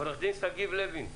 עורך הדין שגיב לוי,